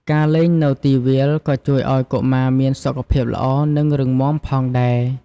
ការលេងនៅទីវាលក៏ជួយឲ្យកុមារមានសុខភាពល្អ និងរឹងមាំផងដែរ។